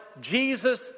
Jesus